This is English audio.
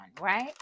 right